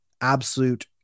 absolute